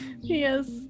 Yes